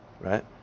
right